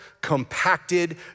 compacted